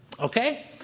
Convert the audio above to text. Okay